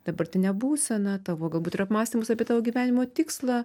dabartinę būseną tavo galbūt ir apmąstymus apie tavo gyvenimo tikslą